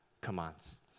commands